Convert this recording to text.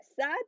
sad